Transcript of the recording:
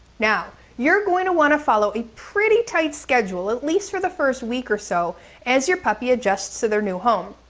now you're going to want to follow a pretty tight schedule at least for the first week or so as your puppy adjusts to their new home.